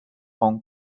hong